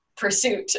pursuit